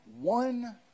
one